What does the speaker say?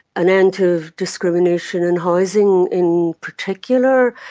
an end to discrimination in housing in particular.